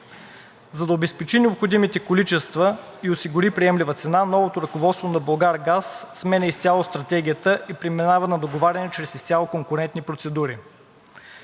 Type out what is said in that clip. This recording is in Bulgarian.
За да обезпечи необходимите количества и да осигури приемлива цена, новото ръководство на „Булгаргаз“ сменя изцяло стратегията и преминава на договаряне чрез изцяло конкурентни процедури.